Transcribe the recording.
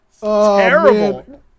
Terrible